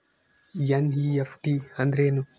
NEFT ಅಂದ್ರೆನು?